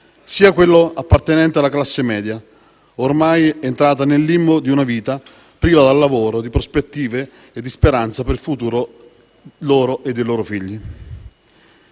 sia quello appartenente alla classe media, ormai entrata nel limbo di una vita priva di lavoro, di prospettive e di speranza per il futuro loro e dei loro figli.